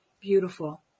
beautiful